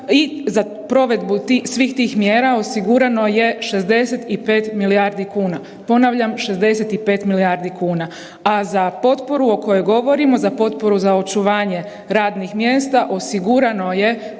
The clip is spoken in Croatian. i za provedbu svih tih mjera osigurano je 65 milijardi kuna, ponavljam 65 milijardi kuna. A za potporu o kojoj govorimo, za potporu za očuvanje radnih mjesta osigurano je